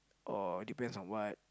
or depends on what